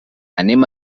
anem